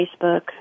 Facebook